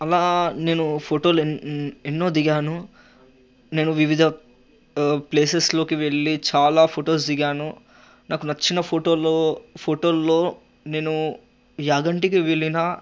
అలా నేను ఫొటోలు ఎన్నో దిగాను నేను వివిధ ప్లేసెస్లోకి వెళ్ళి చాలా ఫొటోస్ దిగాను నాకు నచ్చిన ఫొటోల్లో ఫొటోల్లో నేనూ యాగంటికి వెళ్ళిన